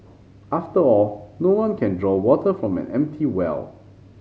after all no one can draw water from an empty well